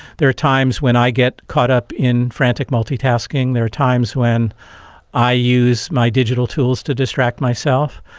there are times when i get caught up in frantic multitasking, there are times when i use my digital tools to distract myself,